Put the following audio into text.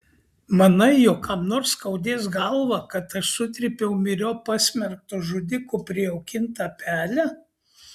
manai jog kam nors skaudės galvą kad aš sutrypiau myriop pasmerkto žudiko prijaukintą pelę